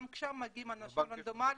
גם שם אנשים מגיעים רנדומלית,